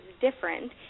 different